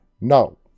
No